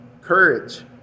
courage